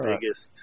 biggest